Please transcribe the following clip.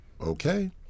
okay